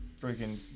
freaking